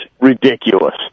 ridiculous